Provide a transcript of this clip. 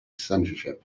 censorship